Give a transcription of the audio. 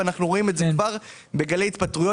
ואנחנו רואים את זה כבר בגלי התפטרויות